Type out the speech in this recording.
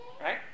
Right